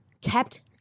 kept